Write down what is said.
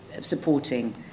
supporting